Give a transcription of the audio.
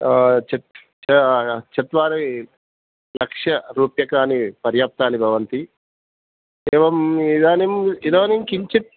चत्वारिलक्षरूप्यकाणि पर्याप्तानि भवन्ति एवं इदानीम् इदानीं किञ्चित्